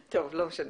טוב, לא משנה.